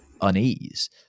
unease